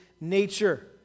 nature